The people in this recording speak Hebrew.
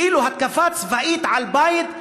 כאילו התקפה צבאית על בית,